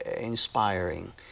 inspiring